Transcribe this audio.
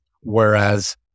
whereas